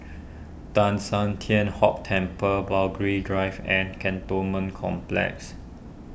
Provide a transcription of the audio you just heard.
Teng San Tian Hock Temple Burghley Drive and Cantonment Complex